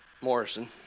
Morrison